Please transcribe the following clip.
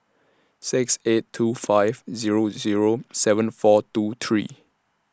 six eight two five Zero Zero seven four two three